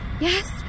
Yes